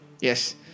Yes